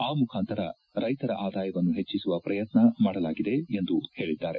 ಆ ಮುಖಾಂತರ ರೈತರ ಆದಾಯವನ್ನು ಹೆಚ್ಚಿಸುವ ಪ್ರಯತ್ನ ಮಾಡಲಾಗಿದೆ ಎಂದು ಹೇಳಿದ್ದಾರೆ